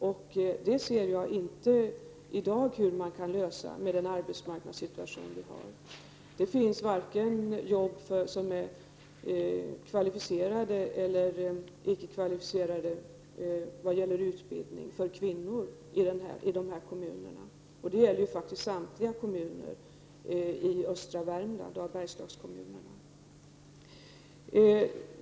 Med den arbetsmarknadssituation vi i dag har kan jag inte se hur man skall kunna lösa det problemet. Det finns i dessa kommuner varken kvalificerade eller icke-kvalificerade jobb för kvinnor. Detta gäller faktiskt samtliga Bergslagskommuner i östra Värmland.